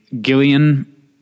Gillian